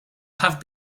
have